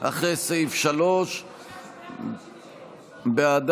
אחרי סעיף 3. בעד